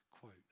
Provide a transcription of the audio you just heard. quote